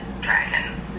dragon